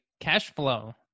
Cashflow